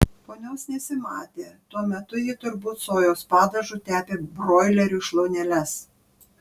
ponios nesimatė tuo metu ji turbūt sojos padažu tepė broilerių šlauneles